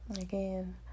again